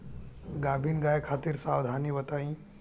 गाभिन गाय खातिर सावधानी बताई?